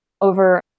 over